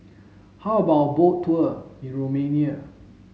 how about a boat tour in Romania